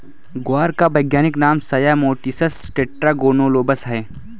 ग्वार का वैज्ञानिक नाम साया मोटिसस टेट्रागोनोलोबस है